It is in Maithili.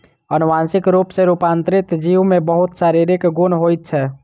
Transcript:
अनुवांशिक रूप सॅ रूपांतरित जीव में बहुत शारीरिक गुण होइत छै